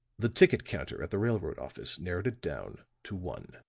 the ticket counter at the railroad office narrowed it down to one.